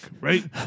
right